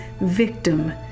victim